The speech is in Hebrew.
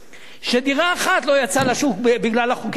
שדירה אחת לא יצאה לשוק בגלל החוקים הללו.